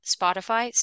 Spotify